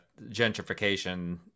gentrification